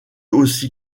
aussi